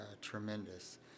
tremendous